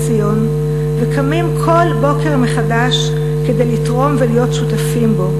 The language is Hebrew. ציון וקמים כל בוקר מחדש כדי לתרום ולהיות שותפים בו: